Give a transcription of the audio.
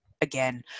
again